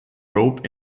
rope